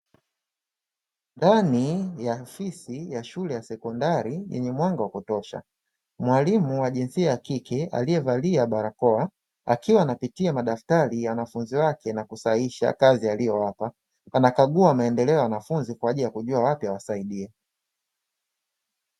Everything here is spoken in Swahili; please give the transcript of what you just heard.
Ndani ya ofisi ya shule ya sekondari yenye mwanga wa kutosha, mwalimu wa jinsia ya kike aliyevalia barakoa, akiwa anapitia madaftari ya wanafunzi wake na kusahihisha kazi aliyowapa, anakagua maendeleo ya wanafunzi kwa ajili ya kujua wapi awasaidie.